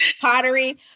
pottery